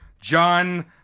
John